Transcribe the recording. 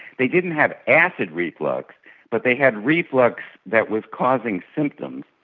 they didn't have acid reflux but they had reflux that was causing symptoms,